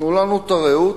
תנו לנו את הרעות,